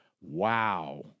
Wow